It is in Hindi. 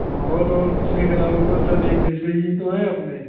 माहौल उहौल कुछ नहीं खराब होगा सब एक जैसे ही तो है अपने